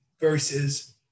versus